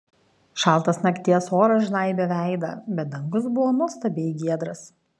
šaltas nakties oras žnaibė veidą bet dangus buvo nuostabiai giedras